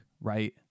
right